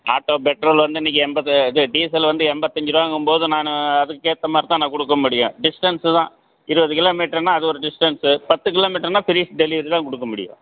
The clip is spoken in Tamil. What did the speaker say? ஆட்டோ பெட்ரோல் வந்து இன்றைக்கி எண்பது இது டீசல் வந்து எண்பத்தஞ்சு ரூபாங்கும் போது நான் அதுக்கேற்ற மாதிரி தான் நான் கொடுக்க முடியும் டிஸ்டன்ஸு தான் இருபது கிலோமீட்ருன்னால் அது ஒரு டிஸ்டன்ஸு பத்து கிலோமீட்ருன்னால் ஃப்ரீஸ் டெலிவரி தான் கொடுக்க முடியும்